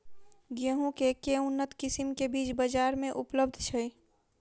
गेंहूँ केँ के उन्नत किसिम केँ बीज बजार मे उपलब्ध छैय?